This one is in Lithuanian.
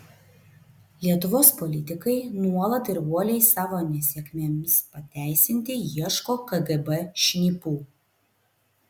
lietuvos politikai nuolat ir uoliai savo nesėkmėms pateisinti ieško kgb šnipų